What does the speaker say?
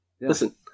Listen